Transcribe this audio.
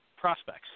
prospects